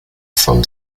from